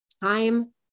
time